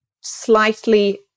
slightly